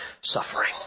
suffering